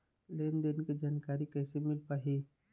लेन देन के जानकारी कैसे मिल पाही?